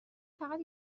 فقط